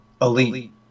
elite